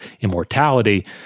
immortality